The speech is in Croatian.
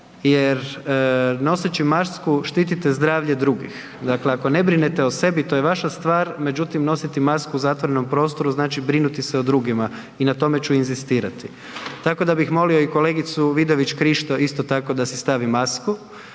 jer noseći masku štitite zdravlje drugih. Dakle, ako ne brinete o sebi to je vaša stvar. Međutim, nositi masku u zatvorenom prostoru znači brinuti se o drugima i na tome ću inzistirati. Tako da bih molio i kolegicu Vidović Krišto isto tako da si stavi masku